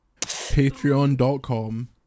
patreon.com